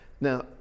Now